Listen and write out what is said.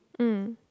mm